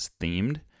themed